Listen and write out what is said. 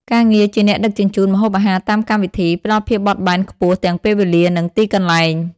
ការងារជាអ្នកដឹកជញ្ជូនម្ហូបអាហារតាមកម្មវិធី ផ្តល់ភាពបត់បែនខ្ពស់ទាំងពេលវេលា និងទីកន្លែង។